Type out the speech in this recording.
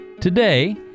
Today